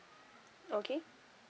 okay